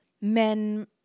men